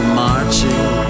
marching